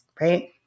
right